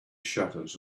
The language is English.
shutters